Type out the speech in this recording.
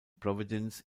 providence